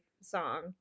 song